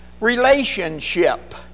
relationship